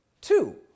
two